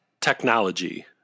technology